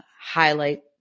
highlight